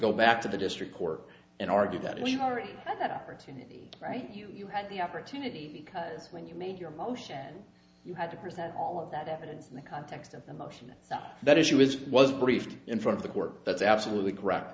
go back to the district court and argue that we already have that opportunity right you had the opportunity because when you made your motion you had to present all of that evidence in the context of the motion so that issue is was briefed in front of the court that's absolutely correct